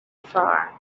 far